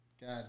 God